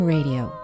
Radio